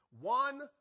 one